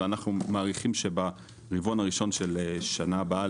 ואנחנו מעריכים שברבעון הראשון של השנה הבאה,